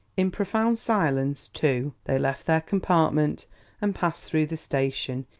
in profound silence, too, they left their compartment and passed through the station,